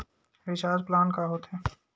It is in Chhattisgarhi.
रिचार्ज प्लान का होथे?